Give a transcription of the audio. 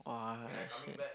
!wah! shit